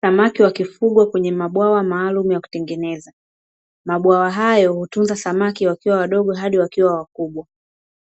Samaki wakifugwa kwenye mabwawa maalumu ya kutengeneza. Mabwawa hayo hutunza samaki wakiwa wadogo hadi wakiwa wakubwa.